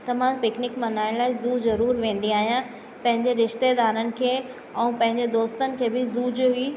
त मां पिकनिक मल्हाइण लाए ज़ू ज़रूर वेंदी आहियां पहिजे रिश्तेदारनि खे ऐं पंहिंजे दोस्तनि खे बि ज़ू जो ही